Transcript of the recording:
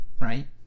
right